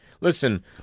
listen